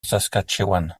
saskatchewan